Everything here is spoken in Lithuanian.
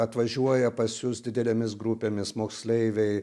atvažiuoja pas jus didelėmis grupėmis moksleiviai